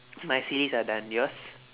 my series are done yours